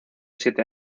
siete